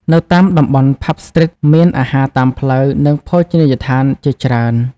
នៅតាមតំបន់ Pub Street មានអាហារតាមផ្លូវ និងភោជនីយដ្ឋានជាច្រើន ។